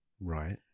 Right